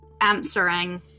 answering